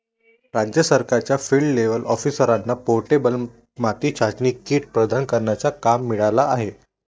राज्य सरकारच्या field level ऑफिसरला पोर्टेबल माती चाचणी किट प्रदान करण्याचा काम मिळाला आहे